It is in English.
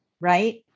right